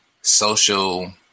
social